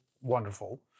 wonderful